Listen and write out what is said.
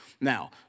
Now